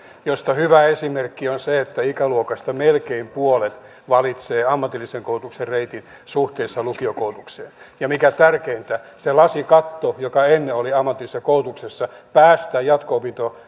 mistä hyvä esimerkki on se että ikäluokasta melkein puolet valitsee ammatillisen koulutuksen reitin suhteessa lukiokoulutukseen ja mikä tärkeintä se lasikatto joka ennen oli ammatillisessa koulutuksessa päästä jatko